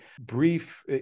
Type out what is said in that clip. brief